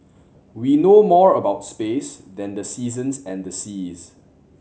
we know more about space than the seasons and the seas